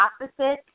opposite